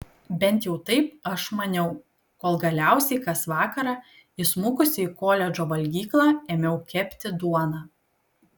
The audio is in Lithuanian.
bent jau taip aš maniau kol galiausiai kas vakarą įsmukusi į koledžo valgyklą ėmiau kepti duoną